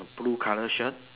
blue colour shirt